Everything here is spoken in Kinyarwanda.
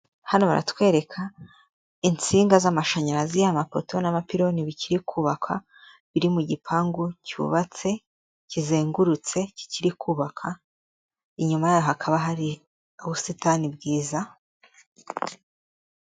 Hano baratwereka insinga z'amashanyarazi, amapoto n'amapironi bikiri kubakwa, biri mu gipangu cyubatse kizengurutse kikiriri kubaka, inyuma yaho hakaba hari ubusitani bwiza.